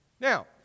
Now